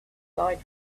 side